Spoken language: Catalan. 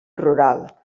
rural